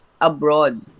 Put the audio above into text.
abroad